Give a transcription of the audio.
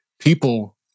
people